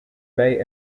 bay